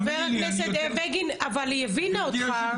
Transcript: חבר הכנסת בגין, אבל היא הבינה אותך.